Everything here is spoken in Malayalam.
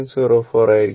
04 ആയിരിക്കും